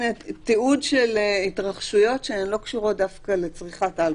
תיעוד של התרחשויות שהן לא קשורות דווקא לצריכת אלכוהול.